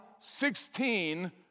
16